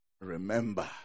Remember